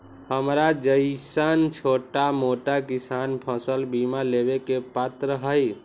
हमरा जैईसन छोटा मोटा किसान फसल बीमा लेबे के पात्र हई?